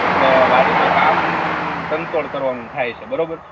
આપડે વાડીમાં કામ તનતોડ કરવાનું થાય છે બરોબર